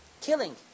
killing